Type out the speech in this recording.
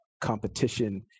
competition